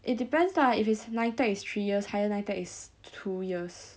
it depends lah if it's NITEC is three years higher NITEC is two years